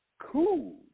cool